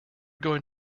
going